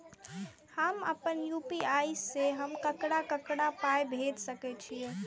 हम आपन यू.पी.आई से हम ककरा ककरा पाय भेज सकै छीयै?